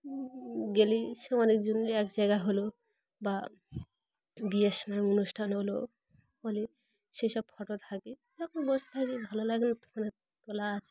গেলি সে অনেকজন এক জায়গা হলো বা বিয়ের সময় অনুষ্ঠান হলো বলে সে সব ফটো থাকে যখন বসে থাকি ভালো লাগে না তোখানে তোলা আছে